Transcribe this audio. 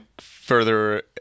further